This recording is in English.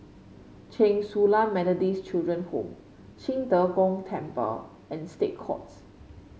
Chen Su Lan Methodist Children Home Qing De Gong Temple and State Courts